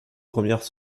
premières